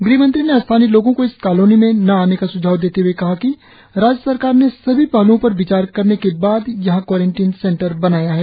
गृहमंत्री ने स्थानीय लोगो को इस कॉलोनी में न आने का सुझाव देते हुए कहा कि राज्य सरकार ने सभी पहल्ओ पर विचार करने का बाद यहां क्वारेनटिन सेंटर बनाया है